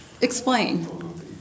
Explain